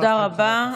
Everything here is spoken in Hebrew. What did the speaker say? תודה רבה.